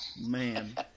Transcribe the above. Man